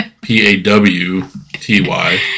P-A-W-T-Y